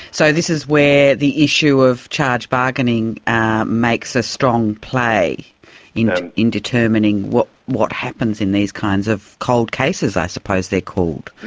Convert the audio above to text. so this is where the issue of charge bargaining makes a strong play you know in determining what what happens in these kinds of cold cases, i suppose they're called?